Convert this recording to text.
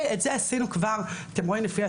את זה עשינו כבר ב-2018.